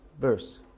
verse